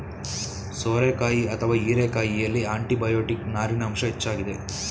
ಸೋರೆಕಾಯಿ ಅಥವಾ ಹೀರೆಕಾಯಿಯಲ್ಲಿ ಆಂಟಿಬಯೋಟಿಕ್, ನಾರಿನ ಅಂಶ ಹೆಚ್ಚಾಗಿದೆ